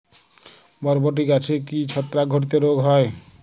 বরবটি গাছে কি ছত্রাক ঘটিত রোগ হয়?